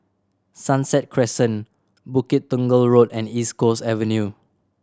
Sunset Crescent Bukit Tunggal Road and East Coast Avenue